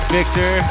Victor